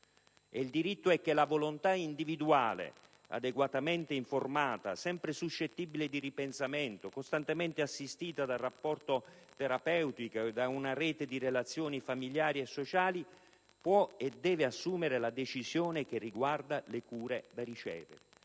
tale diritto, ossia che la volontà individuale, adeguatamente informata, sempre suscettibile di ripensamento, costantemente assistita dal rapporto terapeutico e da una rete di relazioni familiari e sociali, può e deve assumere la decisione che riguarda le cure da ricevere,